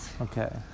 Okay